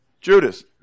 Judas